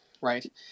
right